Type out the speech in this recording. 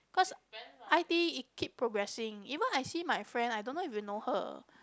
cause I_T it keep progressing even I see my friend I don't know if you know her